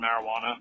marijuana